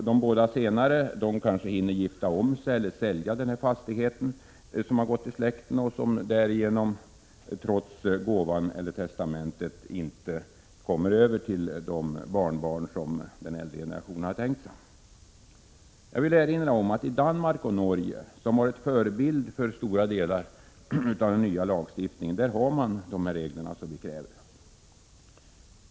De båda senare kanske hinner gifta om sig eller sälja fastigheten, som gått i släkten, och därigenom kommer fastigheten — trots gåvan eller testamentet — inte över till de barnbarn som den äldre generationen hade avsett. Danmark och Norge, som har varit förebilder för stora delar av den nya lagstiftningen, har sådana regler, som vi reservanter begär.